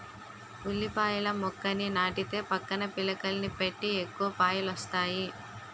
ఉల్లిపాయల మొక్కని నాటితే పక్కన పిలకలని పెట్టి ఎక్కువ పాయలొస్తాయి